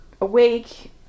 awake